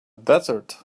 desert